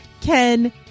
Ken